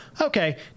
okay